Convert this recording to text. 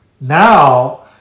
Now